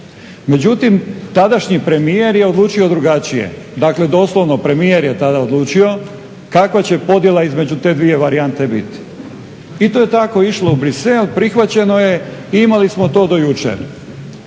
Međutim, tadašnji premijer je odlučio drugačije dakle doslovno premijer je tada odlučio kakva je će podjela između te dvije varijante biti. I to je tako išlo u Bruxelles prihvaćeno je, imali smo to do jučer.